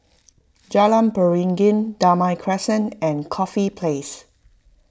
Jalan Beringin Damai Crescent and Corfe Place